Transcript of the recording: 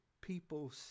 people